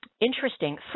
interesting